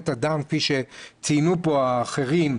כפי שציינו פה האחרים,